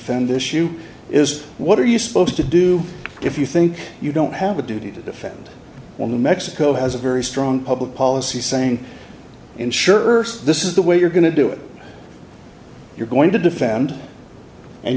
defend issue is what are you supposed to do if you think you don't have a duty to defend when the mexico has a very strong public policy saying in shirts this is the way you're going to do it you're going to defend and